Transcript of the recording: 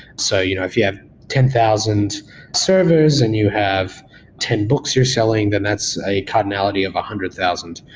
so you know if you have ten thousand servers and you have ten books you're selling, then that's a cardinality of a one hundred thousand.